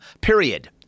period